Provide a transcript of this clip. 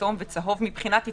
כתום וצהוב מבחינת התקהלויות,